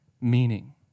meaning